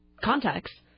contacts